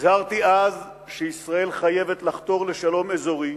הזהרתי אז שישראל חייבת לחתור לשלום אזורי